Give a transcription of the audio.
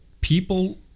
people